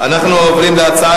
אנחנו עוברים לנושא: